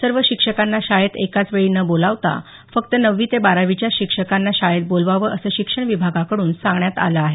सर्व शिक्षकांना शाळेत एकाच वेळी न बोलावता फक्त नववी ते बारावीच्याच शिक्षकांना शाळेत बोलवावं असं शिक्षण विभागाकड्रन सांगण्यात आलं आहे